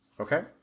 Okay